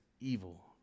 evil